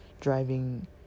driving